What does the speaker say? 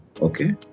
Okay